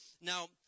Now